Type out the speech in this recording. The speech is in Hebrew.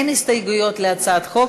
אין הסתייגויות להצעת החוק,